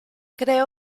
creó